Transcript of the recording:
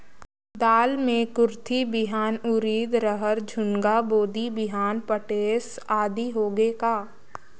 दाल मे कुरथी बिहान, उरीद, रहर, झुनगा, बोदी बिहान भटेस आदि होगे का?